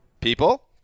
People